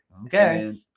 okay